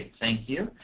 thank you.